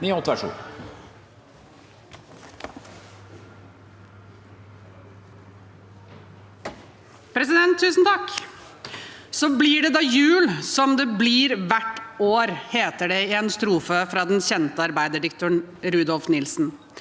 (komiteens leder): «Så blev det da jul som det gjør hvert år», heter det i en strofe fra den kjente arbeiderdikteren Rudolf Nilsen.